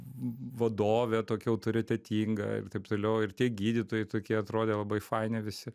vadovė tokia autoritetinga taip toliau ir tie gydytojai tokie atrodė labai faini visi